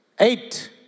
Eight